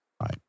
right